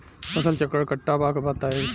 फसल चक्रण कट्ठा बा बताई?